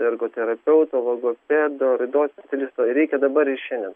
ergoterapeuto logopedo raidos specialisto reikia dabar ir šiandien